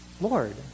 Lord